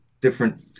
different